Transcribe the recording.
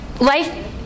life